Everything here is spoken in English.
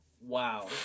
wow